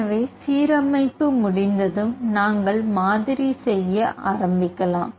எனவே சீரமைப்பு முடிந்ததும் நாங்கள் மாதிரி செய்ய ஆரம்பிக்கலாம்